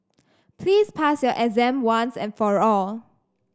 please pass your exam once and for all